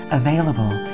available